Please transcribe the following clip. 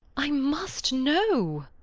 i must know.